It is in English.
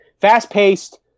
Fast-paced